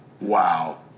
Wow